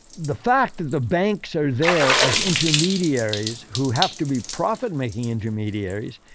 the fact that the banks are there as intermediaries who have to be profit making intermediaries,